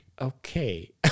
Okay